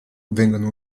vengono